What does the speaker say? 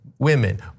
Women